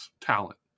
talent